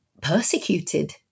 persecuted